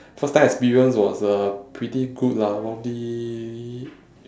first time experience was uh pretty good lah probably